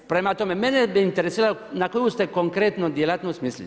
Prema tome, mene bi interesiralo na koju ste konkretnu djelatnost mislili?